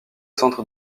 centre